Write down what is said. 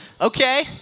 Okay